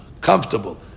comfortable